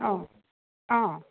অঁ অঁ